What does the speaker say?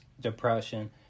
depression